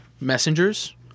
messengers